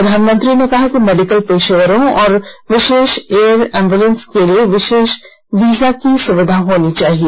प्रधानमंत्री ने कहा कि मेडिकल पेशेवरों और विशेष एयर एंबुलेंस के लिए विशेष वीजा की सुविधा होनी चाहिए